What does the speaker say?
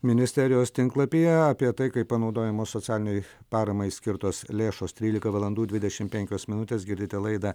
ministerijos tinklapyje apie tai kaip panaudojamos socialinei paramai skirtos lėšos trylika valandų dvidešimt penkios minutes girdite laidą